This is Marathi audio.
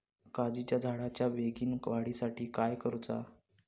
काजीच्या झाडाच्या बेगीन वाढी साठी काय करूचा?